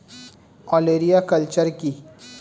ওলেরিয়া কালচার কি?